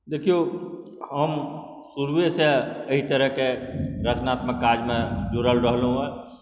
देखिऔ हम शुरुएसँ एहि तरहके रचनात्मक काजमे जुड़ल रहलहुँ हँ